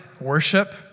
worship